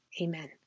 Amen